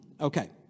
Okay